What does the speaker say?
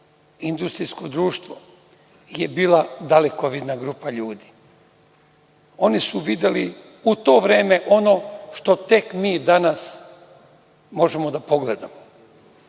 industrijsko društvo, je bila dalekovidna grupa ljudi. Oni su videli, u to vreme, ono što tek mi danas možemo da pogledamo.